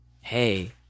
Hey